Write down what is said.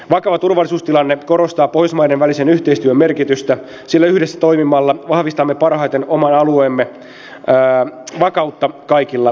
vakava turvallisuustilanne korostaa pohjoismaiden välisen yhteistyön merkitystä sillä yhdessä toimimalla vahvistamme parhaiten oman alueemme vakautta kaikilla sektoreilla